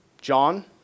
John